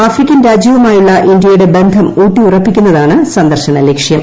African രാജ്യവുമായുള്ള ഇന്ത്യയുടെ ബന്ധം ഊട്ടി ഉറപ്പിക്കുന്നതാണ് സന്ദർശന ലക്ഷ്യം